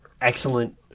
excellent